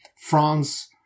France